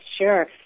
sure